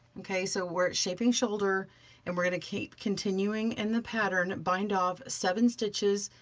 okay, so we're at shaping shoulder and we're gonna keep continuing in the pattern, bind off seven stitches,